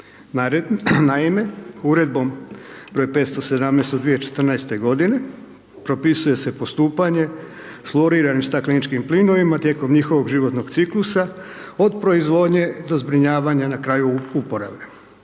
Naime, Uredbom broj 517. od 2014. godine, propisuje se postupanje floriranim stakleničkim plinovima tijekom njihovog životnog ciklusa od proizvodnje do zbrinjavanja na kraju uporabe,